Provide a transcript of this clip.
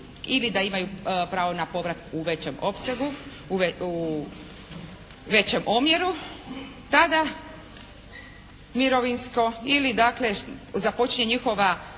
ili da imaju pravo na povrat u većem opsegu, u većem omjeru tada mirovinsko ili dakle započinje njihova